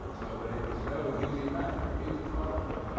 so that it was no easy matter for me to follow them.